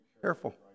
careful